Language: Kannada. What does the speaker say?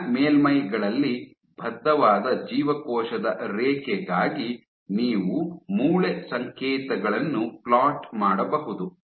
ಕಠಿಣ ಮೇಲ್ಮೈಗಳಲ್ಲಿ ಬದ್ಧವಾದ ಜೀವಕೋಶದ ರೇಖೆಗಾಗಿ ನೀವು ಮೂಳೆ ಸಂಕೇತಗಳನ್ನು ಫ್ಲೋಟ್ ಮಾಡಬಹುದು